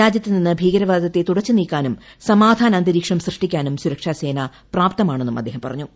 രാജ്യത്ത് നിന്ന് ഭീകരവാദത്തെ തുടച്ചുനീക്കാനും സമാധനാന്തരീക്ഷം സൃഷ്ടിക്കാനും സുരക്ഷാസേന പ്രാപ്തമാണെന്നും അദ്ദേഹം പറഞ്ഞു